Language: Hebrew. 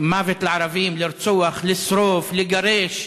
"מוות לערבים", לרצוח, לשרוף, לגרש,